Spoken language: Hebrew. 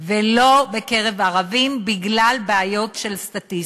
ולא בקרב ערבים, בגלל בעיות של סטטיסטיקה.